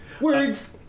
Words